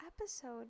episode